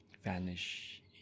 vanish